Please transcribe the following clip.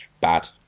bad